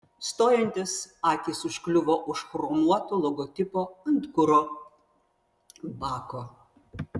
stojantis akys užkliuvo už chromuoto logotipo ant kuro bako